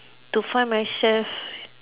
to find myself